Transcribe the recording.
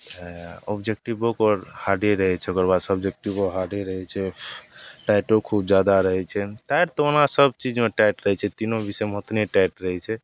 ऑबजेक्टिवो ओकर हार्डे रहै छै आओर सबजेक्टिवो हार्डे रहै छै टाइटो खूब जादा रहै छै टाइट तऽ ओना सबचीजमे टाइट रहै छै तीनो विषयमे ओतने टाइट रहै छै